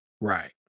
Right